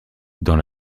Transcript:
dans